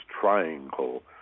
triangle